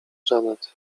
janet